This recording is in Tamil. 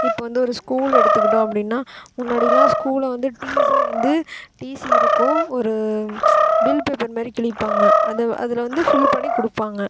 இப்போ வந்து ஒரு ஸ்கூலு எடுத்துக்கிட்டோம் அப்படின்னா முன்னாடிலாம் ஸ்கூலில் வந்து டீசியை வந்து டீசி இருக்கும் ஒரு பில் பேப்பர் மாரி கிளிப்பாங்க அது அதில் வந்து ஃபில் பண்ணி கொடுப்பாங்க